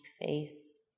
face